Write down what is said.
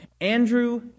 Andrew